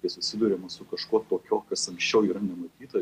kai susiduriama su kažkuo tokiu kas anksčiau yra nematyta